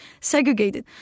segregated